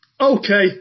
Okay